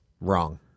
wrong